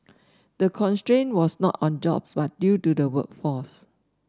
the constraint was not on jobs but due to the workforce